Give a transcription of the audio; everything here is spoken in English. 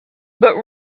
but